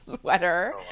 sweater